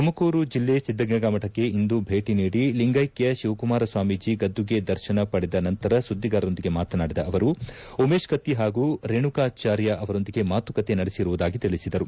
ತುಮಕೂರು ಜಿಲ್ಲೆ ಸಿದ್ದಗಂಗಾ ಮಠಕ್ಕೆ ಇಂದು ಭೇಟ ನೀಡಿ ಲಿಂಗೈಕ್ತ ಶಿವಕುಮಾರ ಸ್ವಾಮೀಜ ಗದ್ದುಗೆ ದರ್ಶನ ಪಡೆದ ನಂತರ ಸುದ್ದಿಗಾರರೊಂದಿಗೆ ಮಾತನಾಡಿದ ಅವರು ಉಮೇಶ್ ಕತ್ತಿ ಹಾಗೂ ರೇಣುಕಾಚಾರ್ಯ ಅವರೊಂದಿಗೆ ಮಾತುಕತೆ ನಡೆಸಿರುವುದಾಗಿ ತಿಳಿಸಿದರು